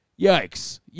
yikes